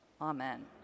Amen